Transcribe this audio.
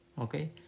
Okay